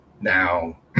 Now